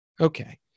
Okay